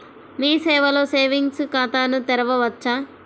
మీ సేవలో సేవింగ్స్ ఖాతాను తెరవవచ్చా?